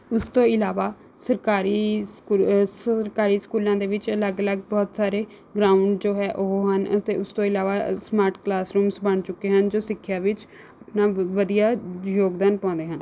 ਉਸ ਤੋਂ ਇਲਾਵਾ ਸਰਕਾਰੀ ਸਕੂਲ ਸਰਕਾਰੀ ਸਕੂਲਾਂ ਦੇ ਵਿੱਚ ਅਲੱਗ ਅਲੱਗ ਬਹੁਤ ਸਾਰੇ ਗਰਾਊਂਡ ਜੋ ਹੈ ਉਹ ਹਨ ਅਤੇ ਉਸ ਤੋਂ ਇਲਾਵਾ ਸਮਾਰਟ ਕਲਾਸ ਰੂਮਜ਼ ਬਣ ਚੁੱਕੇ ਹਨ ਜੋ ਸਿੱਖਿਆ ਵਿੱਚ ਆਪਣਾ ਵਧੀਆ ਯੋਗਦਾਨ ਪਾਉਂਦੇ ਹਨ